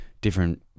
Different